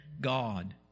God